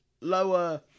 lower